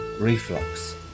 reflux